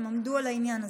הם עמדו על העניין הזה.